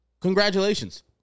Congratulations